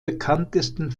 bekanntesten